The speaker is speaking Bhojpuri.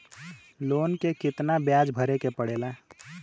लोन के कितना ब्याज भरे के पड़े ला?